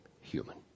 human